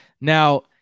Now